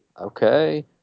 Okay